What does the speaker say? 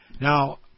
Now